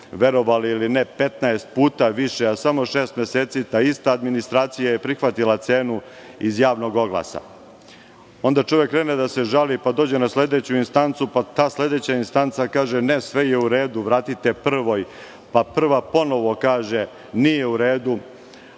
verovali ili ne, 15 puta više, a pre samo šest meseci ta ista administracija je prihvatila cenu iz javnog oglasa. Onda čovek krene da se žali, pa dođe na sledeću instancu, pa sledeća instanca kaže – ne, sve je u redu, vratite prvoj, pa prva ponovo kaže da nije u redu,